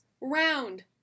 Round